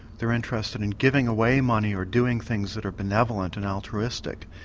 they are interested in giving away money or doing things that are benevolent and altruistic.